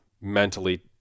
mentally